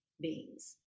beings